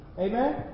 Amen